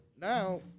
now